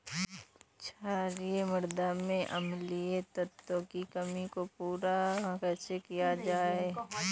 क्षारीए मृदा में अम्लीय तत्वों की कमी को पूरा कैसे किया जाए?